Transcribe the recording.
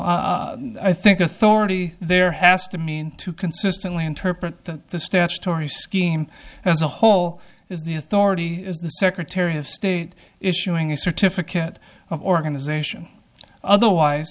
i think authority there has to mean to consistently interpret the statutory scheme as a whole is the authority as the secretary of state issuing a certificate of organization otherwise